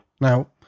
Now